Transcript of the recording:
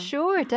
Sure